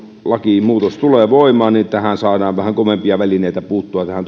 lakimuutos tulee voimaan saadaan vähän kovempia välineitä puuttua tähän